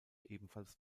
ebenfalls